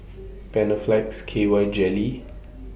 Panaflex K Y Jelly